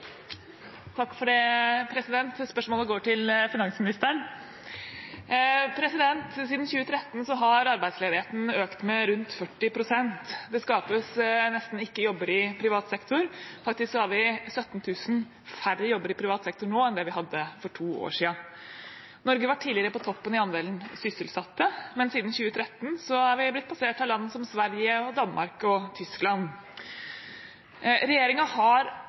Spørsmålet går til finansministeren. Siden 2013 har arbeidsledigheten økt med rundt 40 pst. Det skapes nesten ikke jobber i privat sektor – faktisk er det 17 000 færre jobber i privat sektor nå enn det det var for to år siden. Norge var tidligere på toppen i andelen sysselsatte, men siden 2013 er vi blitt passert av land som Sverige, Danmark og Tyskland. Regjeringen har